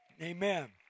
Amen